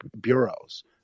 bureaus